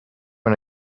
one